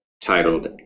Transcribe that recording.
titled